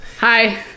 Hi